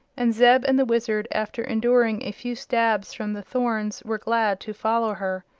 and zeb and the wizard, after enduring a few stabs from the thorns, were glad to follow her.